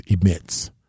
emits